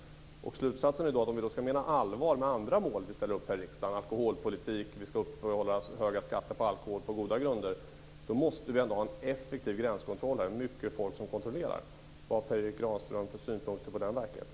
Slutsatsen i dag: Om vi menar allvar med alla andra mål vi ställer upp här i riksdagen på t.ex. alkoholpolitiken - vi upprätthåller höga skatter på alkohol på goda grunder osv. - måste vi ha en effektiv gränskontroll, mycket folk som kontrollerar. Vad har Per Erik Granström för synpunkter på den verkligheten?